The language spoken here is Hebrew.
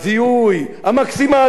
כדי שנדע עם מי יש לנו עסק.